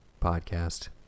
podcast